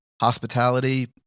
hospitality